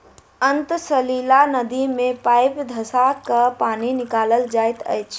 अंतः सलीला नदी मे पाइप धँसा क पानि निकालल जाइत अछि